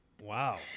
Wow